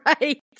Right